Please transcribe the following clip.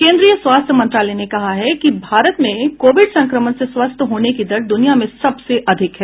केन्द्रीय स्वास्थ्य मंत्रालय ने कहा है कि भारत में कोविड संक्रमण से स्वस्थ होने की दर दुनिया में सबसे अधिक है